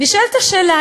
נשאלת השאלה,